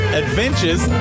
adventures